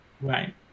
right